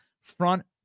front